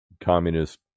communist